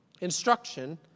instruction